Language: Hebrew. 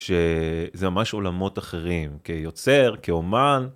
שזה ממש עולמות אחרים, כיוצר, כאומן.